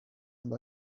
and